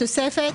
בתוספת,